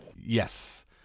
Yes